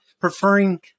preferring